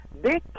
big